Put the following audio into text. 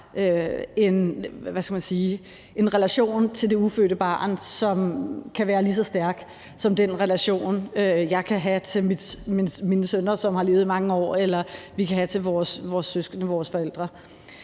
en relation til det ufødte barn, som kan være lige så stærk som den relation, som jeg kan have til mine sønner, som har levet i mange år, eller som vi kan have til vores søskende eller vores forældre.